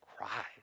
cried